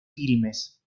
filmes